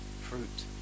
fruit